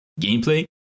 gameplay